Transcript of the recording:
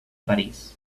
parís